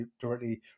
directly